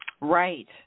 right